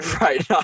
right